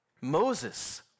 Moses